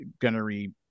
gunnery